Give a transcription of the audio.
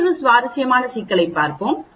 மற்றொரு சுவாரஸ்யமான சிக்கலைப் பார்ப்போம்